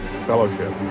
fellowship